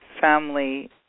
family